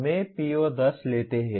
हमें PO10 लेते हैं